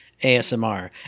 ASMR